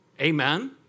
Amen